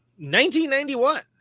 1991